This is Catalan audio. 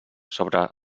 sobre